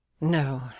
No